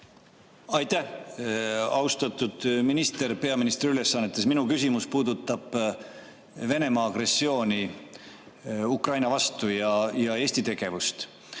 Aitäh! Austatud minister peaministri ülesannetes! Minu küsimus puudutab Venemaa agressiooni Ukraina vastu ja Eesti tegevust.